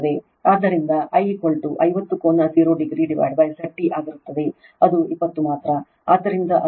ಆದ್ದರಿಂದ I 50 ಕೋನ 0 degree Z T ಆಗಿರುತ್ತದೆ ಅದು 20 ಮಾತ್ರ ಆದ್ದರಿಂದ ಅದು 2